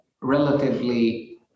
relatively